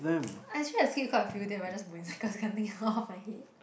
actually I skip quite few there but just cause I can't think off my head